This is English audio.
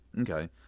okay